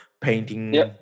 painting